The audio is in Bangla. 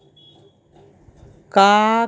কাক